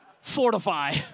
Fortify